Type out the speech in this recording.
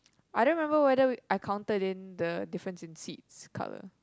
I don't remember whether I counted in the difference in seat's colour